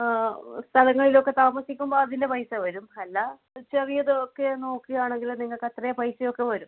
ആ സ്ഥലങ്ങളിലൊക്കെ താമസിക്കുമ്പോൾ അതിൻ്റെ പൈസ വരും അല്ലാതെ ചെറിയതൊക്കെ നോക്കുകയാണെങ്കിൽ നിങ്ങൾക്കത്രയും പൈസയൊക്കെ വരും